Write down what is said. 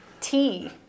tea